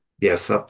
Yes